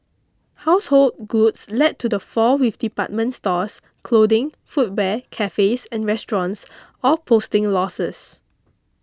household goods led to the falls with department stores clothing footwear cafes and restaurants all posting losses